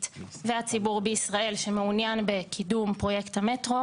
והציבור בישראל שמעוניין בקידום פרויקט המטרו.